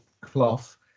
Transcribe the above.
cloth